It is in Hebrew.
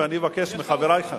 ואני אבקש מחברי,